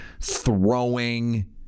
throwing